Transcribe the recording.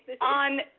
on